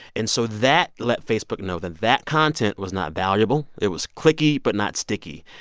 and so that let facebook know that that content was not valuable. it was clicky but not sticky.